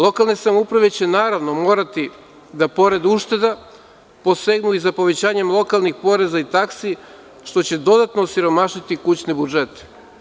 Lokalne samouprave će, naravno morati da pored ušteda posegnu i za povećanjem poreza i lokalnih taksi, što će dodatno osiromašiti kućne budžete.